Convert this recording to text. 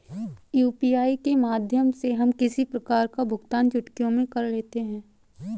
UPI के माध्यम से हम किसी प्रकार का भुगतान चुटकियों में कर लेते हैं